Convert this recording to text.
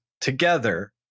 together